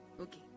Okay